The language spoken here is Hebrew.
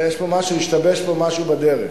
השתבש פה משהו בדרך.